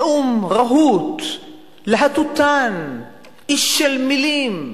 נאום רהוט, להטוטן, איש של מלים.